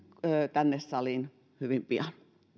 tänne saliin hyvin pian